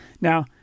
now